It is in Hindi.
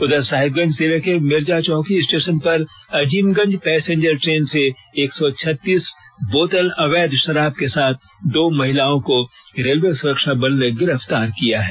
उधर साहिबगंज जिले के मिर्जाचौकी स्टेशन पर अजीमगंज पैसेंजर ट्रेन से एक सौ छत्तीस बोतल अवैध शराब के साथ दो महिलाओं को रेलवे सुरक्षा बलों ने गिरफ्तार किया है